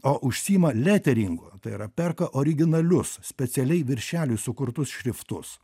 o užsiima leteringu tai yra perka originalius specialiai viršeliui sukurtus šriftus